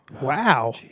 Wow